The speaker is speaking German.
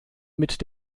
mit